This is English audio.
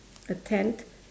a tent